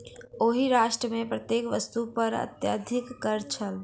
ओहि राष्ट्र मे प्रत्येक वस्तु पर अत्यधिक कर छल